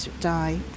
die